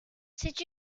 c’est